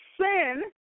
sin